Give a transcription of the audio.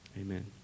Amen